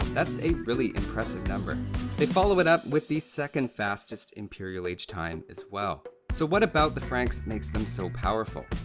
that's a really impressive number they follow it up with the second fastest imperial age time as well so what about the franks makes them so powerful?